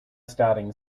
starting